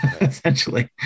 essentially